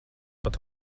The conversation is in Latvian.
pat